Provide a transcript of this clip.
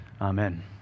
Amen